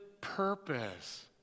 purpose